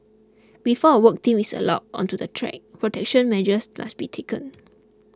before a work team is allowed onto the track protection measures must be taken